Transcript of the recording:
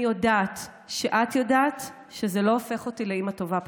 אני יודעת שאת יודעת שזה לא הופך אותי לאימא טובה פחות.